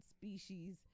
species